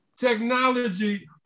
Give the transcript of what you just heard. technology